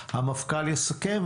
המפכ"ל יסכם,